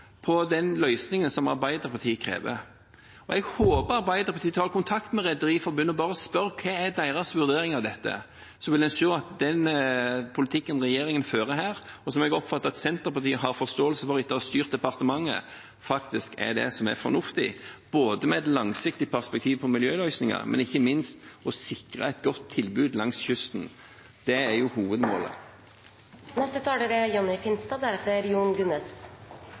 på den løsningen som Arbeiderpartiet krever! Jeg håper Arbeiderpartiet tar kontakt med Rederiforbundet og bare spør om hva deres vurdering av dette er. Da vil en se at den politikken regjeringen fører her, og som jeg har oppfattet at Senterpartiet har forståelse for etter å ha styrt departementet, er det som er fornuftig, både med tanke på det langsiktige perspektivet på miljøløsninger, og ikke minst med tanke på å sikre et godt tilbud langs kysten. Det er hovedmålet. Undertegnede er